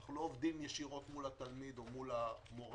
אנחנו לא עובדים ישירות מול התלמיד או מול המורה.